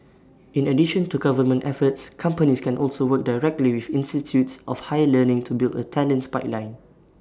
in addition to government efforts companies can also work directly with institutes of higher learning to build A talents pipeline